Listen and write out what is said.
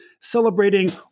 celebrating